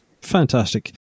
fantastic